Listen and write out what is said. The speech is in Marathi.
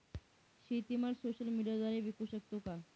शेतीमाल सोशल मीडियाद्वारे विकू शकतो का?